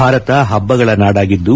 ಭಾರತ ಹಬ್ಬಗಳ ನಾಡಾಗಿದ್ದು